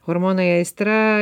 hormonai aistra